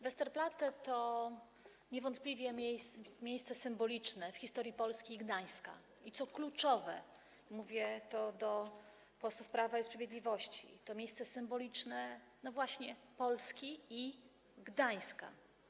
Westerplatte to niewątpliwie miejsce symboliczne w historii Polski i Gdańska i co kluczowe - mówię to do posłów Prawa i Sprawiedliwości - to miejsce symboliczne, no właśnie, dla Polski i Gdańska.